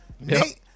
Nate